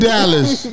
Dallas